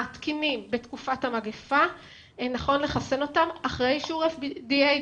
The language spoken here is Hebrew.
תקינים בתקופת המגיפה נכון לחסן אותם אחרי אישור ה-FDA.